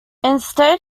instead